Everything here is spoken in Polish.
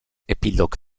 epilog